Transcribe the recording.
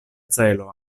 celo